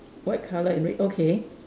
white color and red okay